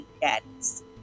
daddies